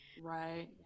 Right